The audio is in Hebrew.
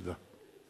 תודה.